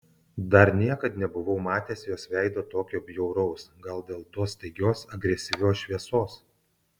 dar niekad nebuvau matęs jos veido tokio bjauraus gal dėl tos staigios agresyvios šviesos